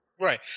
Right